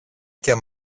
και